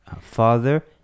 father